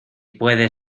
puede